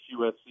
USC